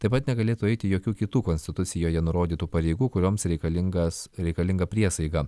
taip pat negalėtų eiti jokių kitų konstitucijoje nurodytų pareigų kurioms reikalingas reikalinga priesaika